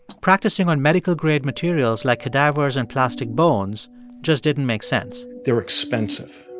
practicing on medical-grade materials like cadavers and plastic bones just didn't make sense they're expensive.